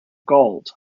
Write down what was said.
gold